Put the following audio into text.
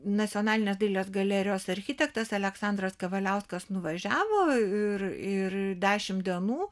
nacionalinės dailės galerijos architektas aleksandras kavaliauskas nuvažiavo ir ir dešimt dienų